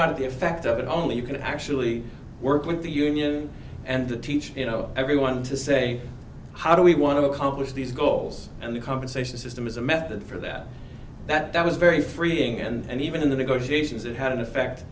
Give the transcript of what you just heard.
not of the effect of it only you can actually work with the union and the teacher you know everyone to say how do we want to accomplish these goals and the compensation system is a method for that that was very freeing and even in the negotiations it had an effect